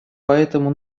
поэтому